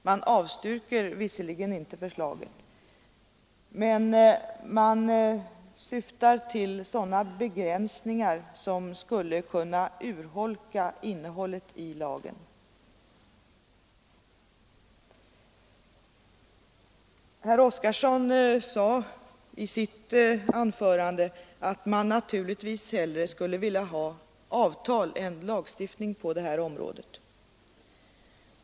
Man avstyrker visserligen inte förslaget men man syftar till sådana begränsningar som skulle kunna urholka innehållet i lagen. Herr Oskarson sade i sitt anförande att man naturligtvis hellre skulle vilja ha avtal än lagstiftning på detta område.